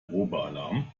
probealarm